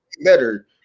better